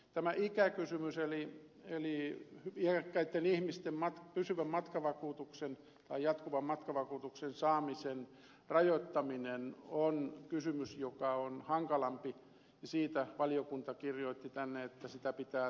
tämä ikäkysymys eli iäkkäitten ihmisten jatkuvan matkavakuutuksen saamisen rajoittaminen on kysymys joka on hankalampi ja siitä valiokunta kirjoitti tänne että sitä pitää tarkoin seurata